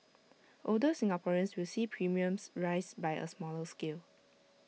older Singaporeans will see premiums rise by A smaller scale